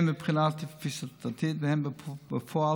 הן מבחינה תפיסתית והן בפועל,